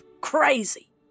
crazy